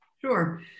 Sure